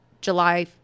July